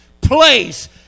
place